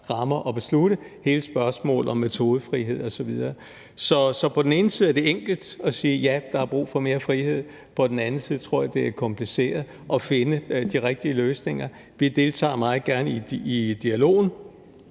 rammer at tage, herunder hele spørgsmålet om metodefrihed osv. Så på den ene side er det enkelt at sige: Ja, der er brug for mere frihed. På den anden side tror jeg, det er kompliceret at finde de rigtige løsninger. Vi deltager meget gerne i dialogen.